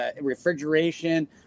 refrigeration